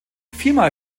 viermal